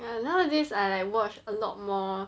and nowadays I like watch a lot more